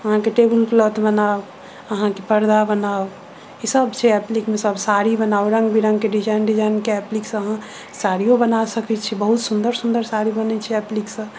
अहाँकेँ table cloth बनाउ अहाँकेँ पर्दा बनाउ ई सब छै एप्लिकमे सब साड़ी बनाउ रङ्ग विरङ्गके डिजाइन डिजाइनके एप्लिक से अहाँ साड़ियो बना सकैत छी बहुत सुन्दर सुन्दर साड़ी बनैत छै एप्लिकसँ